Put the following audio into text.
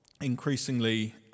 increasingly